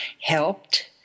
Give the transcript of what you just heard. helped